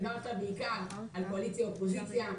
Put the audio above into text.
דיברת בעיקר על קואליציה-אופוזיציה,